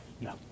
no